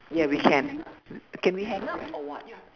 ya we can can we hang up or what